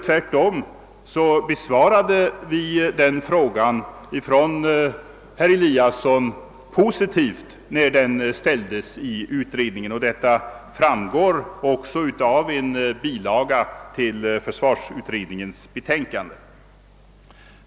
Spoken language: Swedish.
Tvärtom besvarade vi den frågan positivt när den ställdes av herr Eliasson i utredningen, och detta framgår också av en bilaga till försvarsutredningens betänkande.